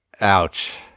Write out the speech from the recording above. ouch